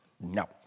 No